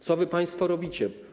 Co wy państwo robicie?